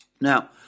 Now